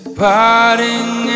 parting